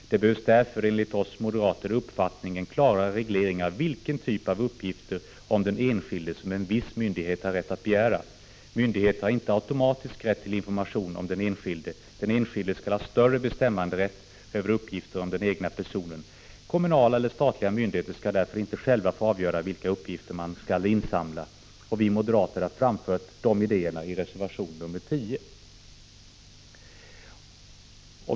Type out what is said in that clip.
Det behövs därför enligt oss moderater en klarare reglering av vilken typ av uppgifter om den enskilde som en viss myndighet har rätt att begära. Myndigheter har inte automatiskt rätt till information om den enskilde. Den enskilde skall ha större bestämmanderätt över uppgifter om den egna personen. Kommunala eller statliga myndigheter skall därför inte själva få avgöra vilka uppgifter man skall samla in. Vi moderater har framfört de idéerna i reservation nr 10.